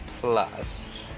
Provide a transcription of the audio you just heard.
plus